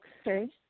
Okay